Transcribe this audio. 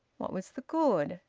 what was the good?